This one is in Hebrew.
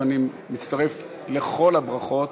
אז אני מצטרף לכל הברכות